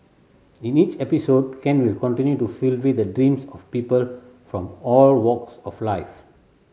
in each episode Ken will continue to fulfil the dreams of people from all walks of life